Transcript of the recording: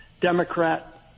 Democrat